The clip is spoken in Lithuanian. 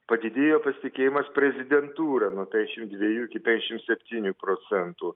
padidėjo pasitikėjimas prezidentūra nuo penkdešim dviejų iki penkdešim septynių procentų